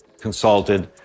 consulted